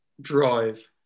drive